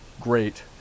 great